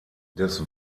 des